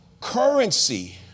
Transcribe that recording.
currency